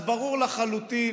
אז ברור לחלוטין